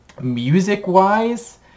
Music-wise